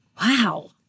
Wow